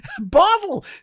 bottle